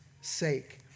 sake